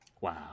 Wow